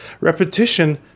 Repetition